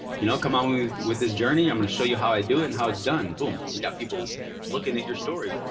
you know, come on with me with this journey, i'm going to show you how i do it and how it's done. boom. you got people looking at your story,